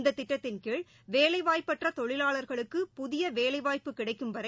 இந்த திட்டத்தின் கீழ் வேலைவாய்ப்பற்ற தொழிவாளர்களுக்கு புதிய வேலைாய்ப்பு கிடைக்கும் வரை